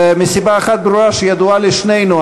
מסיבה אחת ברורה שידועה לשנינו,